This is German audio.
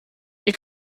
ihr